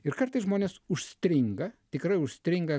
ir kartais žmonės užstringa tikrai užstringa